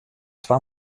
twa